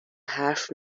حرف